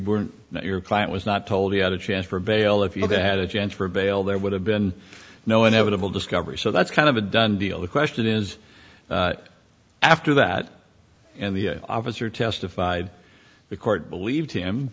or your client was not told he had a chance for bail if you've had a chance for bail there would have been no inevitable discovery so that's kind of a done deal the question is after that and the officer testified the court believed him